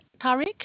Tariq